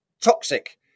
toxic